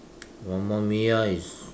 Mamma Mia is